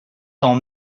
tant